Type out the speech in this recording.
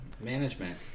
management